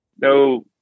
no